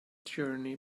journey